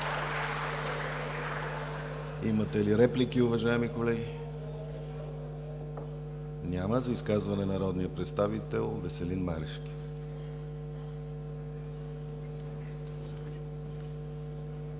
Имате ли реплики, уважаеми колеги? Няма. За изказване – народният представител Веселин Марешки.